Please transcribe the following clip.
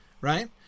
right